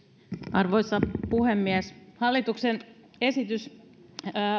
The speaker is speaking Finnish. arvoisa puhemies hallituksen esitys